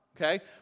okay